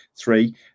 three